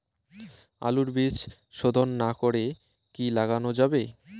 আলুর বীজ শোধন না করে কি লাগানো যাবে?